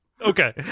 okay